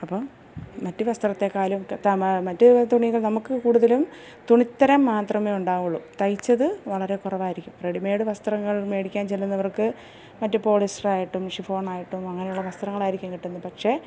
അപ്പം മറ്റ് വസ്ത്രത്തെകാലും ഒക്കെ മറ്റ് തുണികൾ നമുക്ക് കൂട്തലും തുണിത്തരം മാത്രമേ ഉണ്ടാവുകയുള്ളു തയ്ച്ചത് വളരെ കുറവായിരിക്കും റെഡിമേയ്ഡ് വസ്ത്രങ്ങൾ മേടിക്കാൻ ചെല്ലുന്നവർക്ക് മറ്റ് പോളിസ്റ്ററായിട്ടും ഷിഫോണായിട്ടും അങ്ങനെ ഉള്ള വസ്ത്രങ്ങളായിരിക്കും കിട്ടുന്ന പക്ഷെ